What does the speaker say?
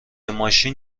ماشین